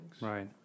Right